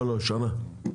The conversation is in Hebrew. לא, שנה.